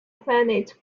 planet